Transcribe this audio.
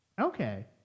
Okay